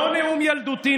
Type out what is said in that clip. לא נאום ילדותי,